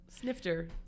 Snifter